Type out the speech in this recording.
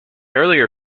earlier